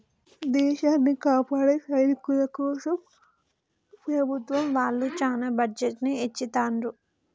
దేశాన్ని కాపాడే సైనికుల కోసం ప్రభుత్వం వాళ్ళు చానా బడ్జెట్ ని ఎచ్చిత్తండ్రు